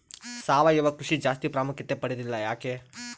ಸಾವಯವ ಕೃಷಿ ಜಾಸ್ತಿ ಪ್ರಾಮುಖ್ಯತೆ ಪಡೆದಿಲ್ಲ ಯಾಕೆ?